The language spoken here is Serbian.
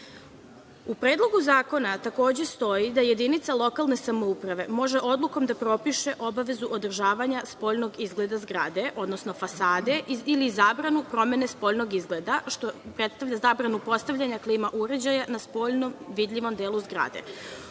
Predlogu zakona takođe stoji da jedinica lokalne samouprave može odlukom da propiše obavezu održavanja spoljnog izgleda zgrade, odnosno fasade ili zabranu promene spoljnog izgleda, što predstavlja zabranu postavljanja klima uređaja na spoljnom vidljivom delu zgrade,